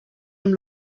amb